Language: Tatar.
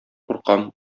куркам